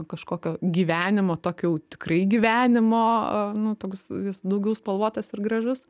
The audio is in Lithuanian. kažkokio gyvenimo tokio jau tikrai gyvenimo nu toks jis daugiau spalvotas ir gražus